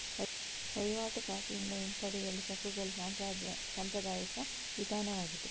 ವಹಿವಾಟು ಖಾತೆಯಿಂದ ಹಿಂಪಡೆಯಲು ಚೆಕ್ಕುಗಳು ಸಾಂಪ್ರದಾಯಿಕ ವಿಧಾನವಾಗಿದೆ